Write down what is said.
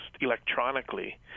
electronically